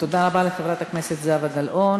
תודה רבה לחברת הכנסת זהבה גלאון.